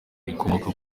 rikomoka